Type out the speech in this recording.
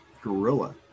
gorilla